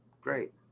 great